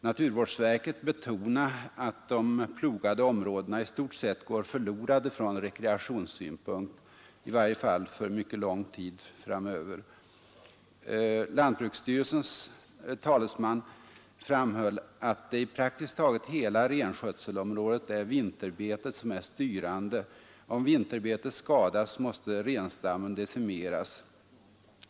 Naturvårdsverket betonade att de plogade områdena i stort sett går förlorade från rekreationssynpunkt, i varje fall för mycket lång tid framöver. Lantbruksstyrelsens talesman framhöll att i praktiskt taget hela renskötselområdet är vinterbetet styrande. Om vinterbetet skadas måste renstammen decimeras.